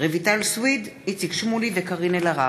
רויטל סויד, איציק שמולי וקארין אלהרר.